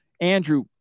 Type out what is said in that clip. Andrew